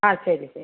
ആ ശരി ശരി